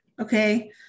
okay